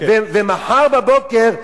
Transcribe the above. ומחר בבוקר,